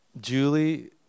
Julie